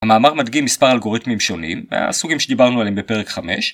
המאמר מדגים מספר אלגוריתמים שונים, והסוגים שדיברנו עליהם בפרק 5.